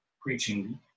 preaching